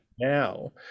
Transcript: now